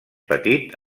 petit